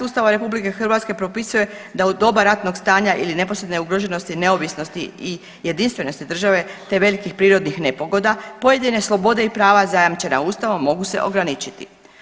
Ustava RH propisuje da u doba ratnog stanja ili neposredne ugroženosti, neovisnosti i jedinstvenosti države, te velikih prirodnih nepogoda pojedine slobode i prava zajamčena ustavom mogu se ograničiti.